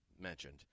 mentioned